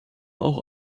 auch